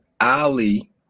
Ali